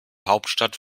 hauptstadt